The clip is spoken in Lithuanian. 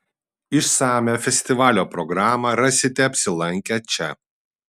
išsamią festivalio programą rasite apsilankę čia